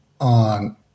on